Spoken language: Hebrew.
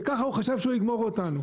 וככה הוא חשב שהוא יגמור אותנו.